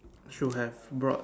should have brought